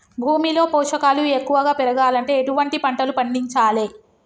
భూమిలో పోషకాలు ఎక్కువగా పెరగాలంటే ఎటువంటి పంటలు పండించాలే?